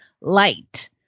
Light